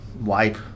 wipe